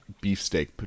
beefsteak